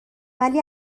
ولی